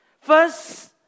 First